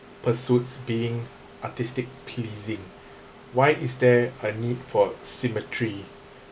pursuits being artistic pleasing why is there a need for symmetry